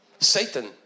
satan